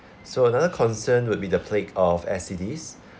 so another concern would be the plague of S_T_D 's